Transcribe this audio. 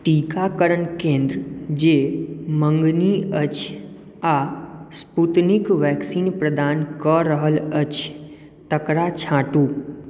टीकाकरण केंद्र जे मँगनी अछि आ स्पूतनिक वैक्सीन प्रदान कऽ रहल अछि तकरा छाँटू